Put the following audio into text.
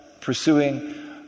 pursuing